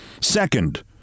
Second